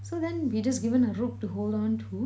so then we just given a rope to hold on to